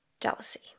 jealousy